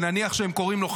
שנניח שהם קוראים לו,